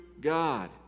God